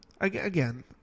Again